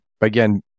again